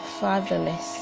fatherless